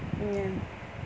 ya